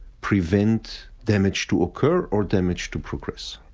prevent damage to occur or damage to progress.